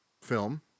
film